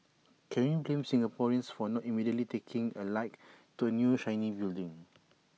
can we blame Singaporeans for not immediately taking A like to A new shiny building